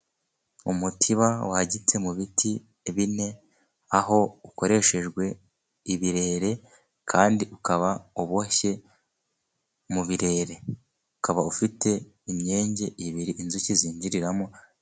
Umutiba wagitse mu biti bine aho ukoreshejwe ibirere, kandi ukaba uboshye mu birere ,ukaba ufite imyenge ibiri inzuki zinjiriramo.